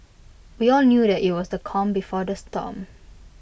we all knew that IT was the calm before the storm